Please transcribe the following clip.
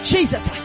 Jesus